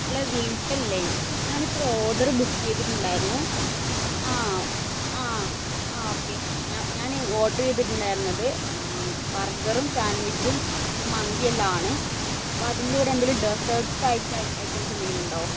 hello Wilton അല്ലേ ഞാനിപ്പോൾ ഒരു ഓർഡറ് ബുക്ക് ചെയ്തിട്ടുണ്ടായിരുന്നു ആ ആ ആ ഓക്കെ ഞാൻ ഞാനേ ഓർഡറ് ചെയ്തിട്ടുണ്ടായിരുന്നത് ബർഗ്ഗറും സാൻ്റ്വിച്ചും പിന്നെ മന്തിയെല്ലാം ആണ് അപ്പം അതിൻ്റെ കൂടെ എന്തെങ്കിലും ഡെസ്സേർട്ട്സ് ആയിട്ട് ഐറ്റംസ് എന്തെങ്കിലുമുണ്ടോ